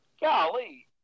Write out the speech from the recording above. golly